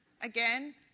Again